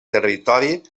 territori